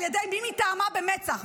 על ידי מי מטעמה במצ"ח.